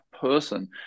person